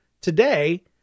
today